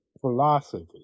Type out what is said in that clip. philosophy